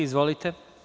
Izvolite.